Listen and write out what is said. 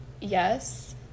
yes